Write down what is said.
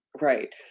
right